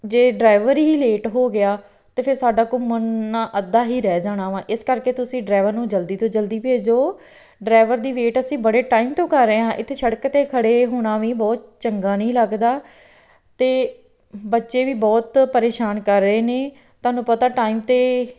ਜੇ ਡਰਾਈਵਰ ਹੀ ਲੇਟ ਹੋ ਗਿਆ ਤਾਂ ਫਿਰ ਸਾਡਾ ਘੁੰਮਣਾ ਅੱਧਾ ਹੀ ਰਹਿ ਜਾਣਾ ਵਾ ਇਸ ਕਰਕੇ ਤੁਸੀਂ ਡਰਾਈਵਰ ਨੂੰ ਜਲਦੀ ਤੋਂ ਜਲਦੀ ਭੇਜੋ ਡਰਾਈਵਰ ਦੀ ਵੇਟ ਅਸੀਂ ਬੜੇ ਟਾਈਮ ਤੋਂ ਕਰ ਰਹੇ ਹਾਂ ਇੱਥੇ ਸੜਕ 'ਤੇ ਖੜੇ ਹੋਣਾ ਵੀ ਬਹੁਤ ਚੰਗਾ ਨਹੀਂ ਲੱਗਦਾ ਅਤੇ ਬੱਚੇ ਵੀ ਬਹੁਤ ਪਰੇਸ਼ਾਨ ਕਰ ਰਹੇ ਨੇ ਤੁਹਾਨੂੰ ਪਤਾ ਟਾਈਮ 'ਤੇ